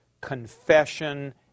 confession